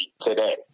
today